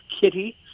Kitty